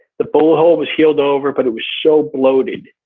the bullet hole was healed over but it was so bloated.